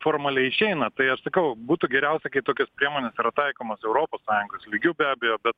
formaliai išeina tai aš sakau būtų geriausia kai tokios priemonės taikomos europos sąjungos lygiu be abejo bet